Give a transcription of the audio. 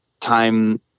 time